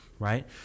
Right